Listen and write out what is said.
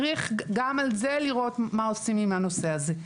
צריך גם על זה לראות מה עושים עם הנושא הזה.